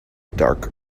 dark